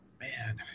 man